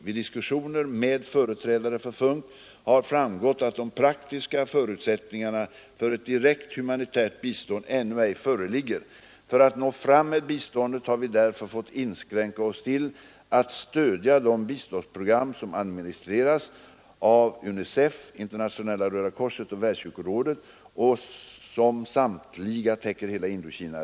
Vid diskussioner med företrädare för FUNK har framgått att de praktiska förutsättningarna för ett direkt humanitärt bistånd ännu ej föreligger. För att nå fram med bistånd har vi därför fått inskränka oss till att stödja de biståndsprogram som administreras av UNICEF, Internationella röda korset och Världskyrkorådet och som samtliga täcker hela Indokina.